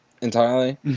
entirely